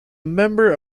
member